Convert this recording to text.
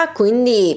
quindi